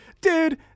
Dude